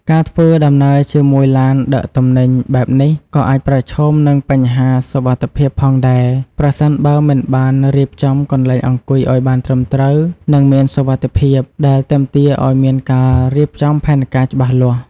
ការធ្វើដំណើរជាមួយឡានដឹកទំនិញបែបនេះក៏អាចប្រឈមនឹងបញ្ហាសុវត្ថិភាពផងដែរ ប្រសិនបើមិនបានរៀបចំកន្លែងអង្គុយឱ្យបានត្រឹមត្រូវនិងមានសុវត្ថិភាព ដែលទាមទារឱ្យមានការរៀបចំផែនការច្បាស់លាស់។